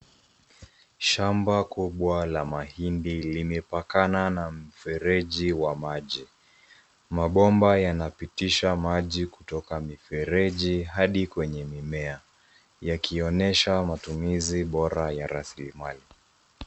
Shamba kubwa la mahindi limepakana na mfereji wa maji. Mabomba yanapitisha maji kutoka mifereji hadi kwenye mimea. Yakionyesha matumizi bora ya raslimali.